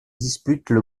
disputent